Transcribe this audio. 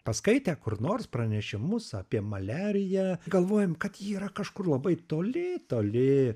paskaitę kur nors pranešimus apie maliariją galvojam kad ji yra kažkur labai toli toli